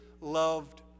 loved